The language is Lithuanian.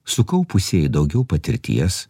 sukaupusieji daugiau patirties